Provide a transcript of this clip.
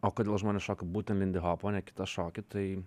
o kodėl žmonės šoka būtent lindihopą o ne kitą šokį tai